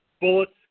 Bullets